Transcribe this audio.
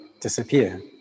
disappear